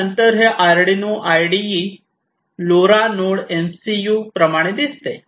आणि नंतर हे Arduino IDE LoRa node MCU प्रमाणे दिसते